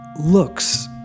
looks